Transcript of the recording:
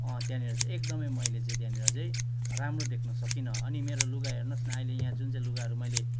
त्यहाँनिर चाहिँ एकदमै मैले चाहिँ त्यहाँनिर चाहिँ राम्रो देख्न सकिनँ अनि मेरो लुगा हेर्नुहोस् न अहिले यहाँ जुन चाहिँ लुगाहरू मैले